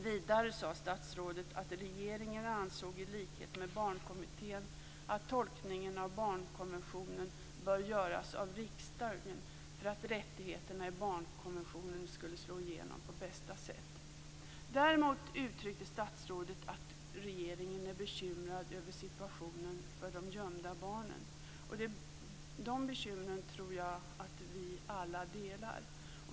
Vidare sade statsrådet att regeringen i likhet med barnkommittén ansåg att tolkningen av barnkonventionen bör göras av riksdagen för att rättigheterna i barnkonventionen skulle slå igenom på bästa sätt. Däremot uttryckte statsrådet att regeringen är bekymrad över situationen för de gömda barnen, och de bekymren tror jag att vi alla delar.